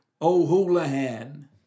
Ohulahan